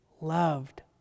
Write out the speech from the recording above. loved